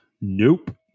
Nope